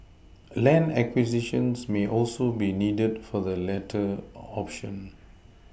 land acquisitions may also be needed for the latter option